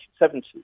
1970s